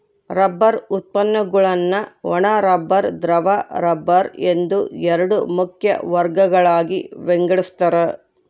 rubber ಉತ್ಪನ್ನಗುಳ್ನ ಒಣ rubber ದ್ರವ ರಬ್ಬರ್ ಎಂದು ಎರಡು ಮುಖ್ಯ ವರ್ಗಗಳಾಗಿ ವಿಂಗಡಿಸ್ತಾರ